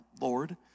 Lord